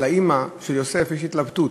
לאימא של יוסף יש התלבטות.